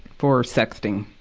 for sexting,